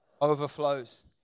overflows